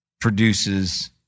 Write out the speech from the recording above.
produces